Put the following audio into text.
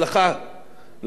אני מקווה שהוא יבריא.